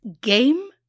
game